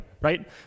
right